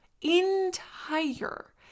entire